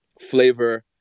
flavor